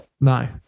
No